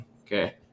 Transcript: Okay